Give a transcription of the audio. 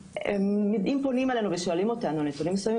אם פונים אלינו ושואלים אותנו על נתונים מסוימים,